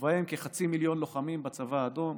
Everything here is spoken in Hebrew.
ובהם כחצי מיליון לוחמים בצבא האדום,